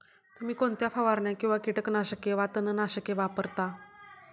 तुम्ही कोणत्या फवारण्या किंवा कीटकनाशके वा तणनाशके वापरता?